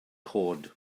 coed